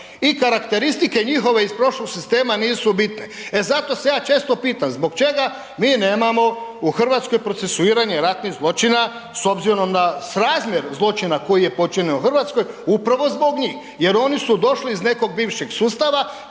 i karakteristike njihove iz prošlog sistema nisu bitne. E zato se ja često pitam zbog čega mi nemamo u RH procesuiranje ratnih zločina s obzirom na srazmjer zločina koji je počinjen u RH, upravo zbog njih jer oni su došli iz nekog bivšeg sustava